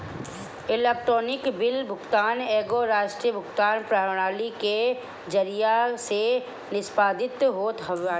electronic bill भुगतान एगो राष्ट्रीय भुगतान प्रणाली के जरिया से निष्पादित होत बाटे